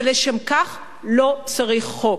ולשם כך לא צריך חוק.